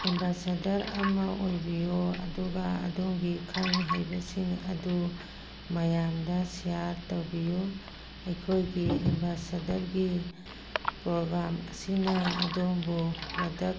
ambassador ꯑꯃ ꯑꯣꯏꯕꯤꯌꯨ ꯑꯗꯨꯒ ꯑꯗꯣꯝꯒꯤ ꯈꯪ ꯍꯩꯕꯁꯤꯡ ꯑꯗꯨ ꯃꯌꯥꯝꯗ ꯁꯤꯌꯥꯔ ꯇꯧꯕꯤꯌꯨ ꯑꯩꯈꯣꯏꯒꯤ ꯑꯦꯝꯕꯦꯁꯦꯗꯔꯒꯤ ꯄ꯭ꯔꯣꯒꯥꯝ ꯑꯁꯤꯅ ꯑꯗꯣꯝꯕꯨ ꯄ꯭ꯔꯗꯛ